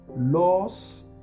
laws